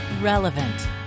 Relevant